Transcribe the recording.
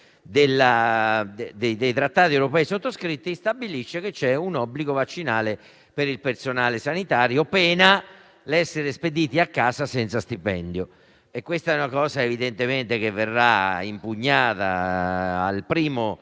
dei trattati europei sottoscritti, esiste un obbligo vaccinale per il personale sanitario, pena essere spediti a casa senza stipendio. E questa è una misura che verrà impugnata dal primo